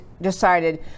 decided